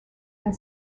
and